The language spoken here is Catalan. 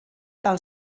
del